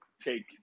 take